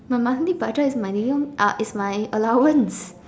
my monthly budget is my money uh is my allowance